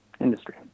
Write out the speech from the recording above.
industry